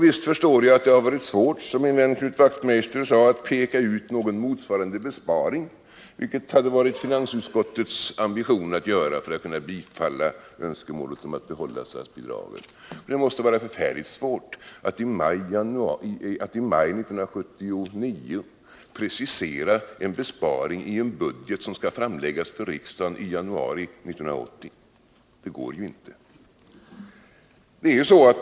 Visst förstår jag att det har varit svårt, som min vän Knut Wachtmeister sade, att peka ut någon motsvarande besparing, vilket varit finansutskottets ambition att göra för att kunna tillstyrka önskemålet om att behålla statsbidraget. Det måste vara förfärligt svårt i maj 1979 att precisera en besparing i en budget, som skall framläggas för riksdagen i januari 1980. Det går ju inte.